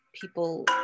people